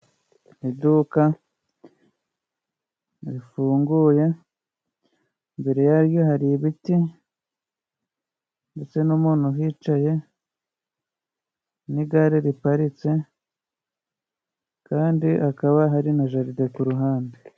Iduka rifunguye imbere yaryo hari ibit,i ndetse n'umuntu uhicaye n'igare riparitse, kandi hakaba hari na jaride ku ruhande.